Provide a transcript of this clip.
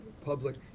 Public